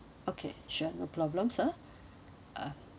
okay sure no problem sir uh